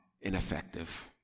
ineffective